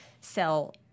sell